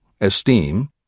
esteem